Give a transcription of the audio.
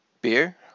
Beer